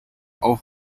auch